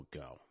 go